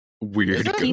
weird